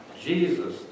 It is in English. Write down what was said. Jesus